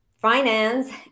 finance